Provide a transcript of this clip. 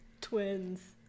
twins